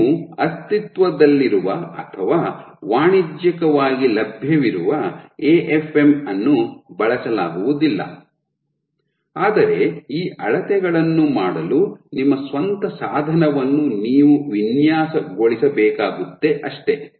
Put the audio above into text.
ನೀವು ಅಸ್ತಿತ್ವದಲ್ಲಿರುವ ಅಥವಾ ವಾಣಿಜ್ಯಿಕವಾಗಿ ಲಭ್ಯವಿರುವ ಎಎಫ್ಎಂ ಅನ್ನು ಬಳಸಲಾಗುವುದಿಲ್ಲ ಆದರೆ ಈ ಅಳತೆಗಳನ್ನು ಮಾಡಲು ನಿಮ್ಮ ಸ್ವಂತ ಸಾಧನವನ್ನು ನೀವು ವಿನ್ಯಾಸಗೊಳಿಸ ಬೇಕಾಗುತ್ತೆ ಅಷ್ಟೇ